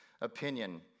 opinion